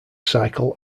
cycle